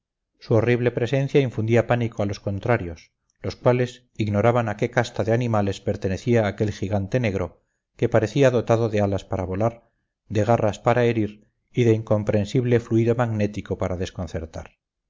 su horrible presencia infundía pánico a los contrarios los cuales ignoraban a qué casta de animales pertenecía aquel gigante negro que parecía dotado de alas para volar de garras para herir y de incomprensible fluido magnético para desconcertar